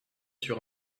sur